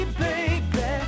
baby